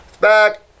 Back